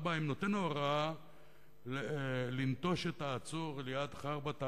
4. האם נותן ההוראה לנטוש את העצור ליד חרבתה